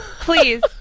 please